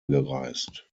gereist